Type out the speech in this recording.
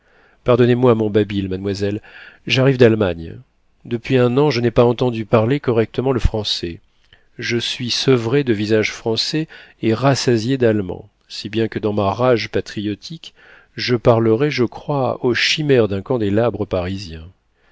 pardonnez-moi mon babil mademoiselle j'arrive d'allemagne depuis un an je n'ai pas entendu parler correctement le français je suis sevré de visages français et rassasié d'allemands si bien que dans ma rage patriotique je parlerais je crois aux chimères d'un candélabre parisien